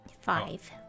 Five